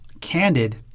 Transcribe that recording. candid